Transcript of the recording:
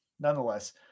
nonetheless